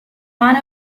one